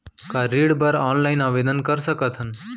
का ऋण बर ऑनलाइन आवेदन कर सकथन?